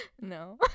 no